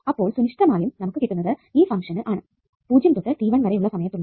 അപ്പോൾ സുനിശ്ചിതമായും നമുക്ക് കിട്ടുന്നത് ഈ ഫങ്ക്ഷന് ആണ് 0 തൊട്ടു t1 വരെ ഉള്ള സമയത്തു ഉള്ള